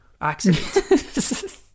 accident